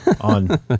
on